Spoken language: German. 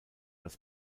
als